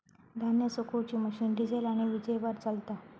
धान्य सुखवुची machine diesel आणि वीजेवर चलता